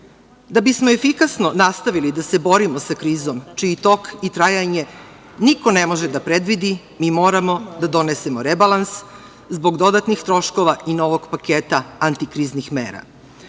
bi smo efikasno nastavili da se borimo sa krizom, čiji tok i trajanje niko ne može da predvidi, mi moramo da donesemo rebalans zbog dodatnih troškova i novog paketa anti-kriznih mera. Zato